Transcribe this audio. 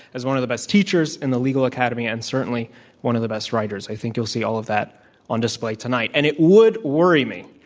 as one of the best teachers in the legal academy and certainly one of the best writers. i think you'll see all of that on display tonight. and it would worry me,